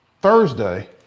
Thursday